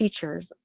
teachers